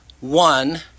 one